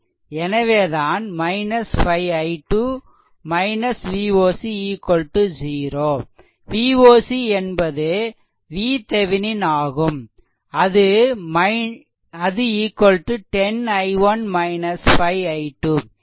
எனவேதான் 5 i2 Voc 0 Voc என்பது VThevenin ஆகும் அது 10 i1 5 i2